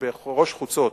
בראש חוצות,